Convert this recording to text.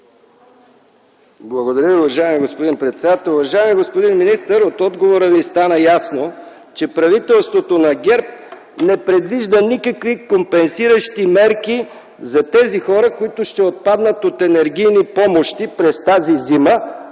Благодаря, уважаеми господин председател. Уважаеми господин министър, от отговора Ви стана ясно, че правителството на ГЕРБ не предвижда никакви компенсиращи мерки за тези, които ще отпаднат от енергийните помощи през тази зима,